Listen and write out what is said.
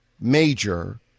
major